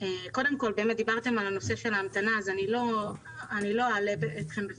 קודם כול דיברתם על ההמתנה אז אני לא אלאה אתכם יותר